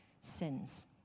sins